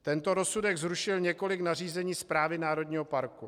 Tento rozsudek zrušil několik nařízení správy národního parku.